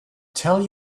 tell